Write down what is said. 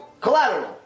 collateral